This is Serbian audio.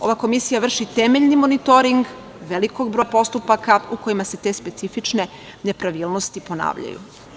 Ova komisija vrši temeljni monitoring velikog broja postupaka u kojima se te specifične nepravilnosti ponavljaju.